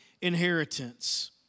inheritance